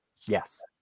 Yes